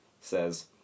says